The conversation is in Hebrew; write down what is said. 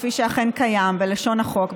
כפי שאכן קיים בלשון החוק,